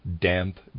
damp